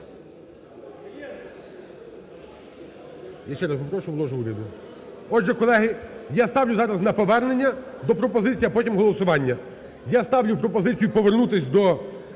Я ще раз попрошу: у ложу уряду. Отже, колеги, я ставлю зараз на повернення – пропозиція, а потім на голосування. Я ставлю пропозицію повернутися до